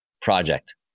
project